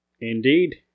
Indeed